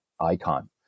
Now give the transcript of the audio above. icon